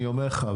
אני אומר לך,